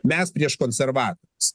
mes prieš konservatorius